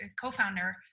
co-founder